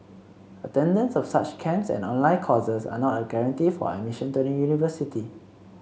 attendance of such camps and online courses are not a guarantee for admission to the university